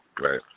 Right